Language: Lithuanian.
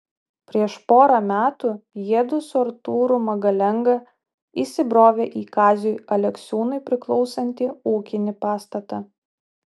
prieš porą metų jiedu su artūru magalenga įsibrovė į kaziui aleksiūnui priklausantį ūkinį pastatą